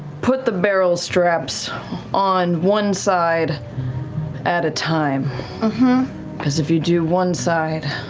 put the barrel straps on one side at a time because if you do one side